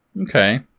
Okay